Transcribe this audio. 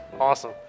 Awesome